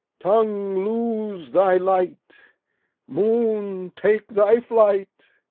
tongue, lose thy light moon, take thy flight.